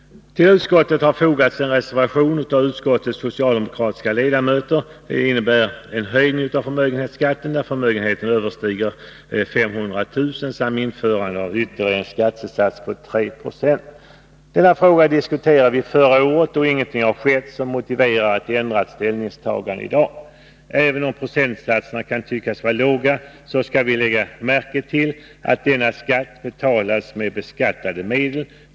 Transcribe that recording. Till utskottsbetänkandet har också fogats en reservation av utskottets socialdemokratiska ledamöter. I denna föreslås en höjning av förmögenhetsskatten när förmögenheten överstiger 500 000 kr. samt införande av ytterligare en skattesats på 3 90. Denna fråga diskuterade vi förra året, och ingenting har skett som motiverar ett ändrat ställningstagande i dag. Även om procentsatserna kan tyckas vara låga, så skall vi lägga märke till att denna skatt betalas med beskattade medel.